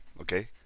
Okay